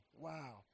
Wow